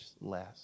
less